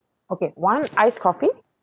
okay one iced coffee